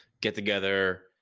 get-together